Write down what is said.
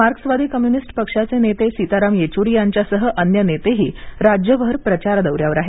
मार्क्सवादी कम्युनिस्ट पक्षाचे नेते सीताराम येचुरी यांच्यासह अन्य नेतेही राज्यभर प्रचार दौऱ्यावर आहेत